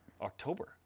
October